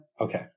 Okay